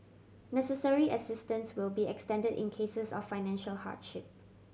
necessary assistance will be extended in cases of financial hardship